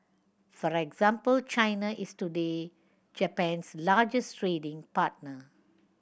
for example China is today Japan's largest trading partner